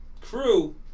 crew